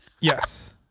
Yes